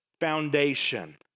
foundation